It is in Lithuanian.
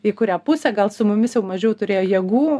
į kurią pusę gal su mumis jau mažiau turėjo jėgų